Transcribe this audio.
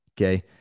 Okay